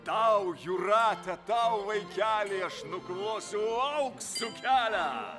tau jūrate tau vaikeli aš nuklosiu auksu kelią